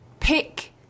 Pick